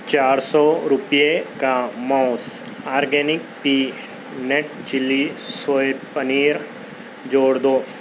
چار سو روپٮٔے کا موز organic peanut chilli soy paneer جوڑ دو